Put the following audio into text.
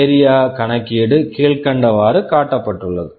area area கணக்கீடு கீழ்கண்டவாறு காட்டப்பட்டுள்ளது